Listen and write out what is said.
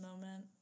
moment